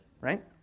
right